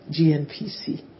GNPC